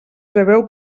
preveu